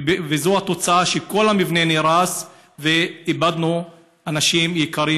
וזו התוצאה: כל המבנה נהרס ואיבדנו אנשים יקרים,